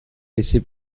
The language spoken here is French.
laisser